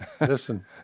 Listen